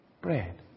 bread